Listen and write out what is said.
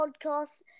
podcast